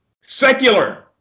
Secular